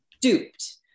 duped